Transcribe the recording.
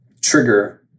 trigger